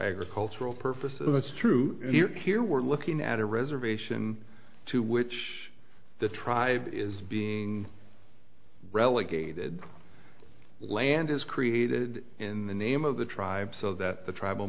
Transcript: agricultural purposes us through here we're looking at a reservation to which the tribe is being relegated land is created in the name of the tribe so that the tr